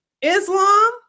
Islam